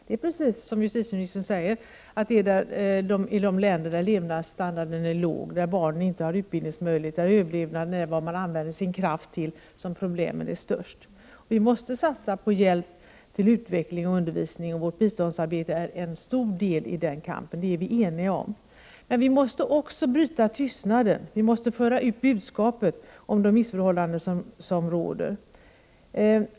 Det är precis så som justitieministern säger att problemen är störst i de länder där levnadsstandarden är låg, där barnen inte har utbildningsmöjligheter och där överlevnaden beror på vad man använder sin kraft till. Vi måste satsa på hjälp till utveckling och undervisning. Vårt biståndsarbete är en stor del av den kampen. Detta är vi eniga om. Vi måste också bryta tystnaden och föra ut budskapet om de missförhållanden som råder.